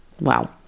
Wow